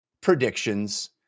predictions